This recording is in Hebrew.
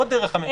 לא דרך הממשלה,